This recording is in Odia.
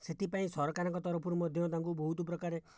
ସେଥିପାଇଁ ସରକାରଙ୍କ ତରଫରୁ ମଧ୍ୟ ତାଙ୍କୁ ବହୁତ ପ୍ରକାର